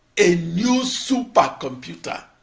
a new supercomputer.